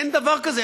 אין דבר כזה.